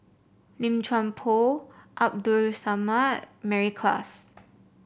Lim Chuan Poh Abdul Samad Mary Klass